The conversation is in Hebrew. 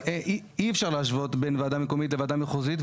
אי אפשר להשוות בין וועדה מקומית לוועדה מחוזית,